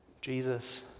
Jesus